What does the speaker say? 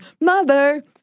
Mother